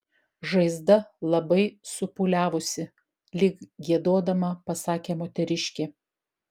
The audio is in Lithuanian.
žaizda labai supūliavusi lyg giedodama pasakė moteriškė